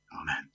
Amen